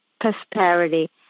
prosperity